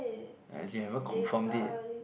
eh he haven't confirmed it